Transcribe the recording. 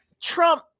Trump